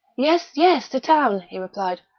yes, yes to town, he replied.